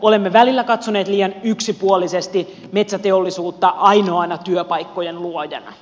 olemme välillä katsoneet liian yksipuolisesti metsäteollisuutta ainoana työpaikkojen luojana